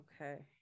Okay